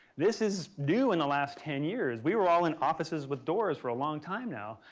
this is new in the last ten years. we were all in offices with doors for a long time now,